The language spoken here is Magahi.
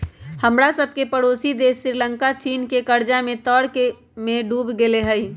हमरा सभके पड़ोसी देश श्रीलंका चीन के कर्जा के तरमें डूब गेल हइ